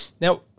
Now